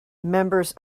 members